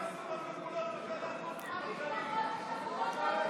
תלכו לבקר משפחות שכולות כמו שאנחנו עושים,